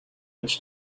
it’s